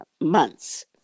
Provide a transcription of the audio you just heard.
months